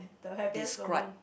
the happiest moment